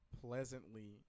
pleasantly